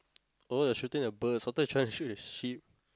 oh they're shooting the birds I thought they're trying to shoot the sheep